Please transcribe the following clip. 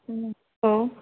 ꯎꯝ hello